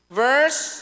verse